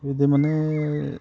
बिदि माने